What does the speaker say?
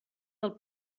del